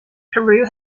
peru